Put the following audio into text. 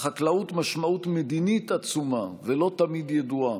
לחקלאות משמעות מדינית עצומה ולא תמיד ידועה.